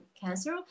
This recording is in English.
cancer